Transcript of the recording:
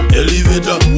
elevator